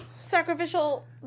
Sacrificial